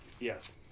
Yes